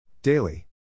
Daily